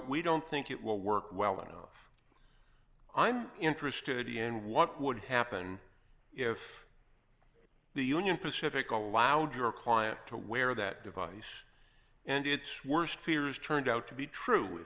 we don't think it will work well enough i'm interested in what would happen if the union pacific allowed your client to wear that device and its worst fears turned out to be true if